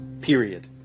period